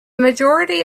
majority